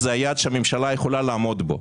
הוא יעד שהממשלה יכולה לעמוד בו?